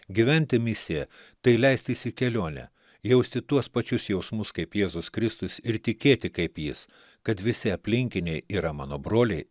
gyventi misija tai leistis į kelionę jausti tuos pačius jausmus kaip jėzus kristus ir tikėti kaip jis kad visi aplinkiniai yra mano broliai